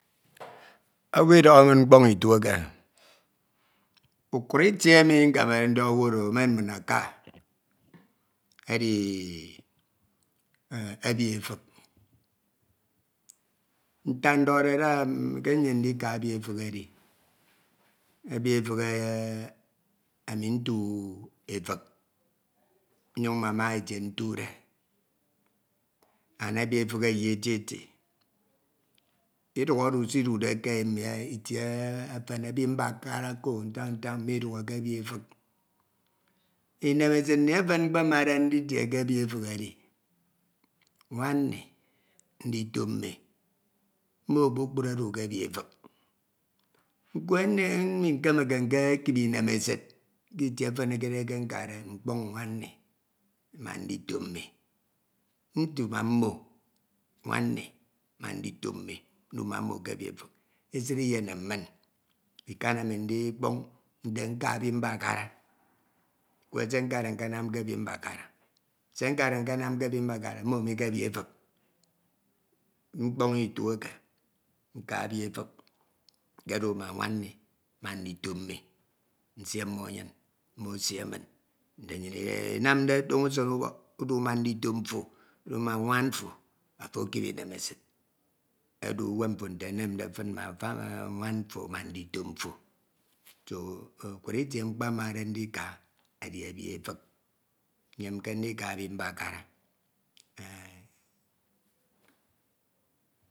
Owu idoho min mkpọñ itu eke ukwra itie eke ndọhọde owu emen min aka edi ebi efik ntak ndọhọde ada ke nyem ndika edi ebifik edi ami ntu efik nyuñ mmama itie ntude and ebi efik eyie tutu idukhọdu sidhde titie efen ebi mbakara oko ntañ nsañ midukhọde ke ebi efik inemesid mi efen mkpemade nditie ke ebi efik edi nwam mmi ndito mmi mmo kpukpru edu ke ebi efik nkwenne mikemeke nkekip inemmesid kitid efen dke nkade mkpọñ nwan nni ma ndito mmi ndu ma mmo nwam mmi ma ndito mmi ndu ma mmo ke ebi efik esid iyenem min ikan ami ndikpọñ nte nte nka ebi mmakara nkwe ɛe nkade nkanam ke ebi mmakara se nkade nkann ke ebi mmakara nyekanam ke ebi efik mkpoñ itie eke nka ebi efik nkodu ma nwam nni ma ndito mmi nsie mmo anyin mmo esie min enamde toño usen ubọk udu ma ndito mfo ma nwan mfo ofo ekip inemesid odu uwem mfo nte enemde fin ma famma ndito mfo so nkukra itie mkpemade ndika edi ebi efik nyemke ndika ebi mmakara